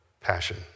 passion